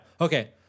Okay